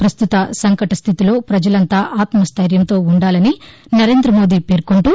పస్తుత సంకట స్దితిలో ప్రపజలంతా ఆత్మ స్టెర్యంతో ఉండాలని నరేంద్ర మోదీ పేర్కొంటూ